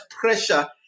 pressure